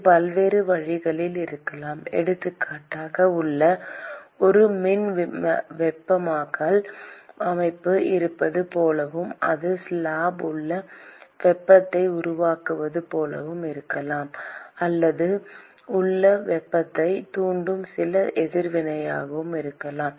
இது பல்வேறு வழிகளில் இருக்கலாம் எடுத்துக்காட்டாக உள்ளே ஒரு மின் வெப்பமாக்கல் அமைப்பு இருப்பது போலவும் அது ஸ்லாப் உள்ளே வெப்பத்தை உருவாக்குவது போலவும் இருக்கலாம் அல்லது உள்ளே வெப்பத்தைத் தூண்டும் சில எதிர்வினையாகவும் இருக்கலாம்